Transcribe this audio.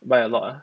buy a lot ah